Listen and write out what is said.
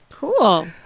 Cool